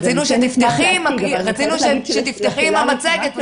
רציתי שתפתחי עם המצגת,